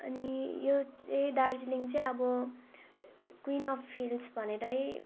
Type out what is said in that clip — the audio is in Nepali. अनि यो चाहिँ दार्जिलिङ चाहिँ अब क्विन अफ् हिल्स भनेरै